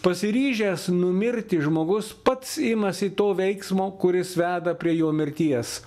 pasiryžęs numirti žmogus pats imasi to veiksmo kuris veda prie jo mirties